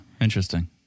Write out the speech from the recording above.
Interesting